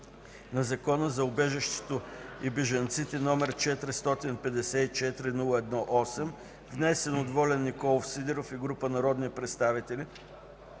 на Закона за убежището и бежанците, № 454-01-8, внесен от Волен Николов Сидеров и група народни представители